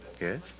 Yes